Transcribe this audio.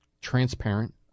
transparent